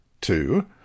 Two